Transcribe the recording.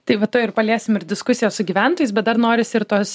tai va tuoj ir paliesim ir diskusiją su gyventojais bet dar norisi ir tuos